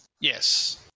Yes